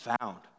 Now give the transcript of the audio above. found